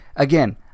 again